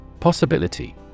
Possibility